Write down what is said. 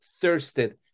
thirsted